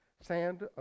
sand